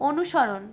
অনুসরণ